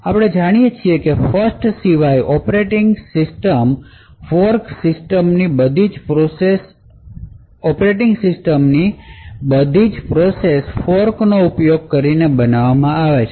આપણે જાણીએ છીએ કે 1st સિવાય ઑપરેટિંગફોર્ક સિસ્ટમ ની બધી પ્રોસેસ ફોર્ક ઉપયોગ કરીને બનાવવામાં આવે છે